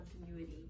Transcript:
continuity